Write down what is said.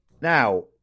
Now